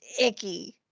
icky